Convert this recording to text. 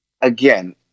again